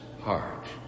heart